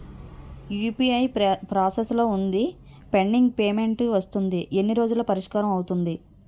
UPI process లో వుందిపెండింగ్ payment వస్తుంది ఎన్ని రోజుల్లో పరిష్కారం అవుతుంది